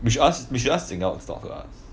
we should ask we should ask jing yao to talk to us